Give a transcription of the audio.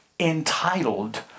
Entitled